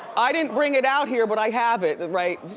i didn't bring it out here, but i have it, right?